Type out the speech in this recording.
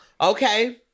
okay